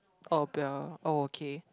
or beer all okay